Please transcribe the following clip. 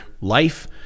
life